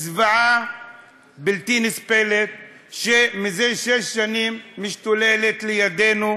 זוועה בלתי נסבלת שזה שש שנים משתוללת לידנו,